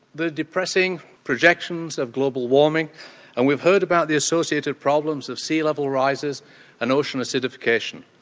the depressing projections of global warming and we've heard about the associated problems of sea level rises and ocean acidification.